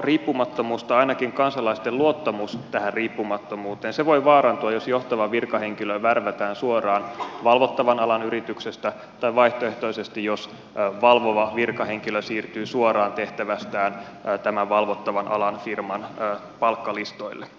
riippumattomuus tai ainakin kansalaisten luottamus tähän riippumattomuuteen voi vaarantua jos johtava virkahenkilö värvätään suoraan valvottavan alan yrityksestä tai vaihtoehtoisesti jos valvova virkahenkilö siirtyy suoraan tehtävästään tämän valvottavan alan firman palkkalistoille